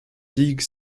digue